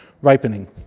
ripening